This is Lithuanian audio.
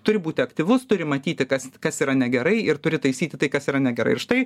turi būti aktyvus turi matyti kas kas yra negerai ir turi taisyti tai kas yra negerai ir štai